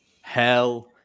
Hell